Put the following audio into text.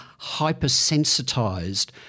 hypersensitized